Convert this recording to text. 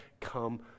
come